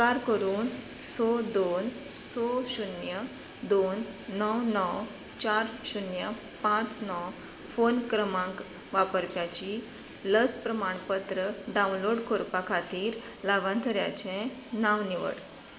उपकार करून स दोन स शुन्य दोन णव णव चार शुन्नय पांच णव फोन क्रमांक वापरप्याची लस प्रमाणपत्र डावनलो करपा खातीर लावंथऱ्याचें नांव निवड